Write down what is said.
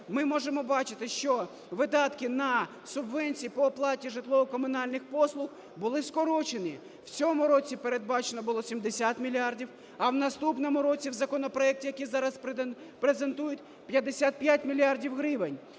ми можемо бачити, що видатки на субвенцію по оплаті житлово-комунальних послуг були скорочені. В цьому році передбачено було 70 мільярдів, а в наступному році в законопроекті, який зараз презентують, 55 мільярдів гривень.